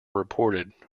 reported